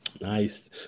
Nice